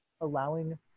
allowing